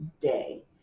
day